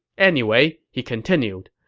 anyway, he continued,